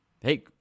hey